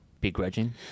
begrudging